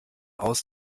aus